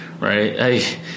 right